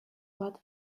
but